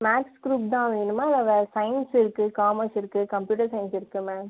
maths group தான் வேணுமா இல்லை வேறு சயின்ஸ் இருக்கு காமர்ஸ் இருக்கு கம்ப்யூட்டர் சயின்ஸ் இருக்கு மேம்